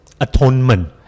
atonement